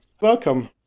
Welcome